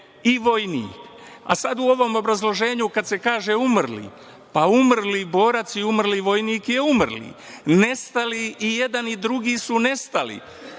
i vojnik. A u ovom obrazloženju kad se kaže – umrli. Pa, umrli borac i umrli vojnik je umrli, i jedan i drugi su nestali.